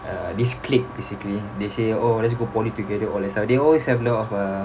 uh this clique basically they say oh let's go poly together or that's how they always have a lot of uh